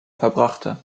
verbrachte